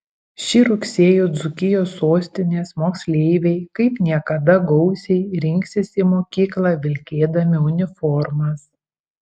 šį rugsėjį dzūkijos sostinės moksleiviai kaip niekada gausiai rinksis į mokyklą vilkėdami uniformas